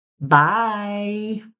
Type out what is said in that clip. Bye